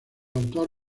autor